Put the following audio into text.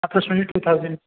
approximately two thousand